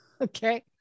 Okay